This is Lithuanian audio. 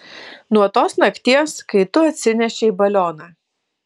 nuo tos nakties kai tu atsinešei balioną